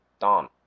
Don